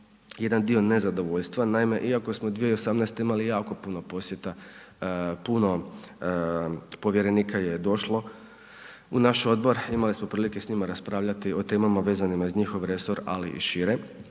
jedan dio nezadovoljstva, naime iako smo 2018. imali jako puno posjeta, puno povjerenika je došlo u naš odbor, imali smo prilike s njima raspravljati o temama vezanima uz njihov resor, ali i šire,